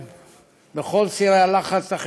ממשלה שדואגת למקורבים ולא לאזרחים.